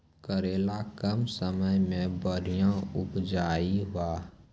करेला कम समय मे बढ़िया उपजाई बा?